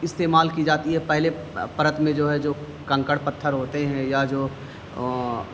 استعمال کی جاتی ہے پہلے پرت میں جو ہے جو کنکڑ پتھر ہوتے ہیں یا جو